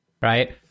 right